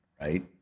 right